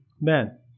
man